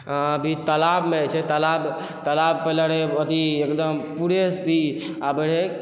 अभी तालाबमे जे छै तालाब तालाब पहिले रहै अथी एकदम पूरे आबै रहै